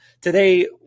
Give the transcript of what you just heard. today